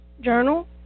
journal